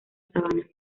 sabana